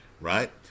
right